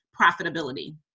profitability